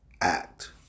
Act